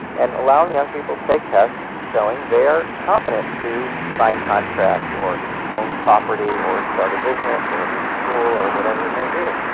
and allowing young people to take tests showing they are competent to sign contracts, or own property, or start a business, or leave school, or whatever it may be.